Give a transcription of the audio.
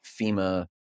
fema